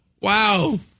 Wow